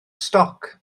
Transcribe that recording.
stoc